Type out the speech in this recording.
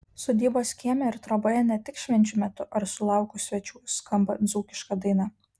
sodybos kieme ir troboje ne tik švenčių metu ar sulaukus svečių skamba dzūkiška daina